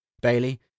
bailey